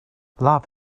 love